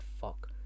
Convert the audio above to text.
fuck